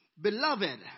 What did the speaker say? Beloved